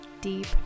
deep